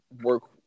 work